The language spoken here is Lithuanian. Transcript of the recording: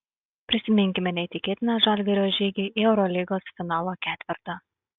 prisiminkime neįtikėtiną žalgirio žygį į eurolygos finalo ketvertą